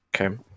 okay